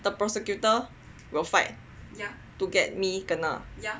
the prosecutor will fight to get me kena